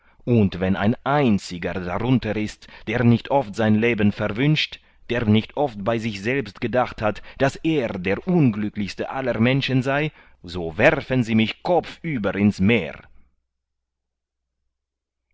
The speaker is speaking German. und wenn ein einziger darunter ist der nicht oft sein leben verwünscht der nicht oft bei sich selbst gedacht hat daß er der unglücklichste aller menschen sei so werfen sie mich kopfüber ins meer